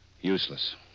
Useless